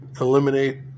eliminate